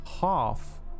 half